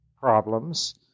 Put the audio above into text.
problems